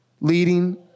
leading